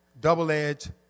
double-edged